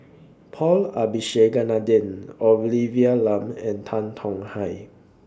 Paul Abisheganaden Olivia Lum and Tan Tong Hye